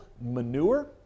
manure